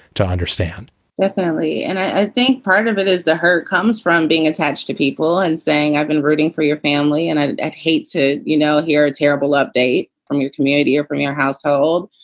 to understand definitely. and i think part of it is the hurt comes from being attached to people and saying, i've been rooting for your family and ah i hate to, you know, hear a terrible update from your community or from your household.